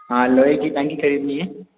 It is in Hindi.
हाँ लोहे की टंकी खरीदनी है